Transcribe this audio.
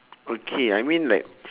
okay I mean like